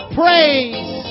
praise